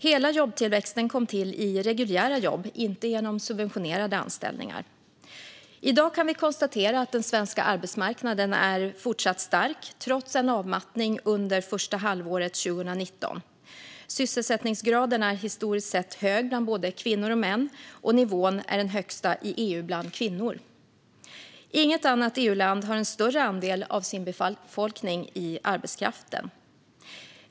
Hela jobbtillväxten kom till i form av reguljära jobb, inte genom subventionerade anställningar. I dag kan vi konstatera att den svenska arbetsmarknaden fortsätter att vara stark trots en avmattning under första halvåret 2019. Sysselsättningsgraden är historiskt sett hög bland både kvinnor och män, och nivån är den högsta i EU bland kvinnor. Inget annat EU-land har en större andel av sin befolkning i arbetskraften.